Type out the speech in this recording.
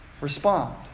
respond